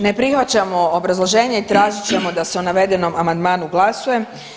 Ne prihvaćamo obrazloženje i tražit ćemo da se o navedenom amandmanu glasuje.